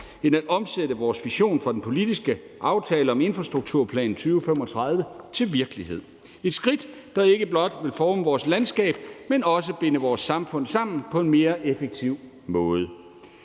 end at omsætte vores vision for den politiske aftale om infrastrukturplan 2035 til virkelighed. Det er et skridt, der ikke blot vil forme vores landskab, men også binde vores samfund sammen på en mere effektiv måde.